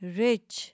rich